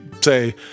say